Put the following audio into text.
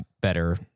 better